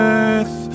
earth